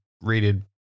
rated